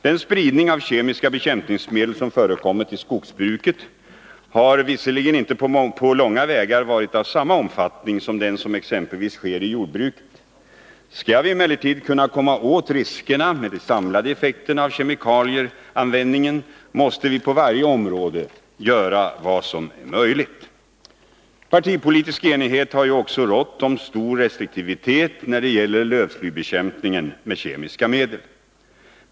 Den spridning av kemiska bekämpningsmedel som förekommit i skogsbruket har visserligen inte på långa vägar varit av samma omfattning som exempelvis den som sker i jordbruket. Skall vi emellertid kunna komma åt riskerna med de samlade effekterna av kemikalieanvändningen, måste vi på varje område göra vad som är möjligt. Partipolitisk enighet har också rått om stor effektivitet när det gäller lövslybekämpningen med kemiska medel.